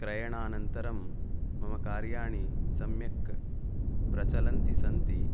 क्रयणान्तरं मम कार्याणि सम्यक् प्रचलन्ति सन्ति